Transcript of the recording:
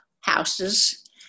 houses